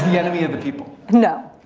enemy of the people? no,